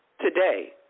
Today